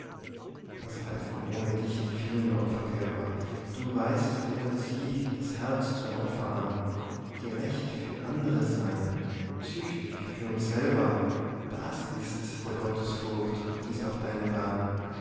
was halfen ohne dich die vielen opferkälber du weisest ohne sie das herz zum opfer an gerecht für andre sein und züchtig für uns selber das ist der gottesfurcht und ist auch deine bahn